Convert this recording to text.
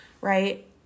Right